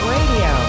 Radio